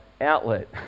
outlet